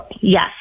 yes